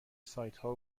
سایتها